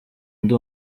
ndi